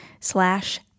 slash